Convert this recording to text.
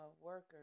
workers